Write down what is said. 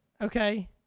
okay